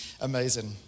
amazing